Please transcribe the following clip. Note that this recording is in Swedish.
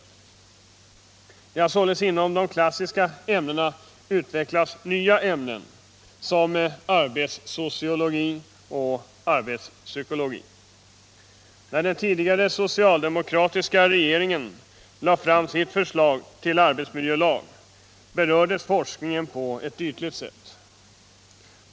Det har således inom de klassiska ämnena utvecklats nya ämnen som arbetssociologi och arbetspsykologi. När den tidigare socialdemokratiska regeringen lade fram sitt förslag till arbetsmiljölag berördes forskningen på ett ytligt sätt.